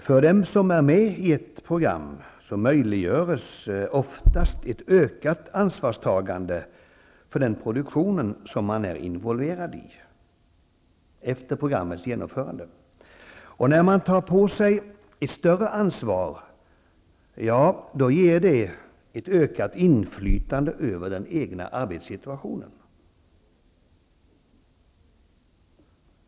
För dem som är med i ett program möjliggörs oftast ett ökat ansvarstagande för den produktion man är involverad i. När man tar på sig ett större ansvar, ger det ett ökat inflytande över den egna arbetssituationen.